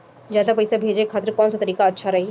ज्यादा पईसा भेजे खातिर कौन सा तरीका अच्छा रही?